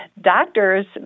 doctors